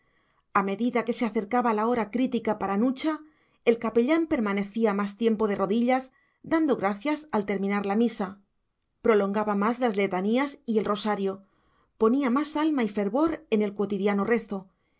a medida que se acercaba la hora crítica para nucha el capellán permanecía más tiempo de rodillas dando gracias al terminar la misa prolongaba más las letanías y el rosario ponía más alma y fervor en el cuotidiano rezo